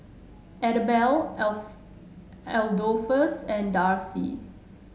Idabelle Adolphus and Darci